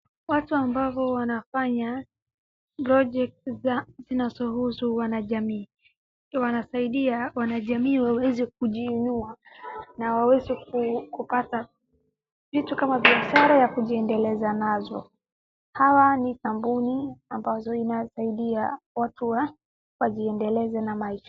Watu ambavo wanafanya project za, zinazohusu wajamii. Wanasaidia wanajamii waweze kujiinua na waweze ku, kupata vitu kama biashara za kujiendeleza nazo. Hawa ni kampuni ambazo inasaidia watu wa, wajiendeleze na maisha.